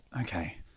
Okay